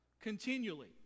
continually